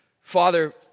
Father